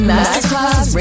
Masterclass